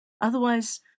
Otherwise